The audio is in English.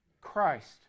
Christ